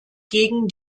gegen